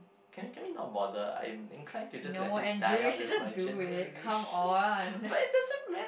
can we can we not bother I'm inclined to just let it die out with my generation but it doesn't matter